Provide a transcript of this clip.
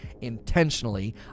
intentionally